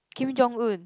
Kim-Jong-Un